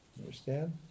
understand